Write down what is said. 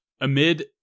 amid